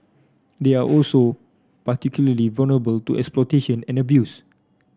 they are also particularly vulnerable to exploitation and abuse